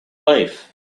life